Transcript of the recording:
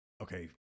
okay